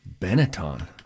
Benetton